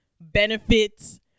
benefits